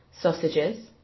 sausages